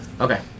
Okay